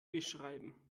beschreiben